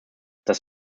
das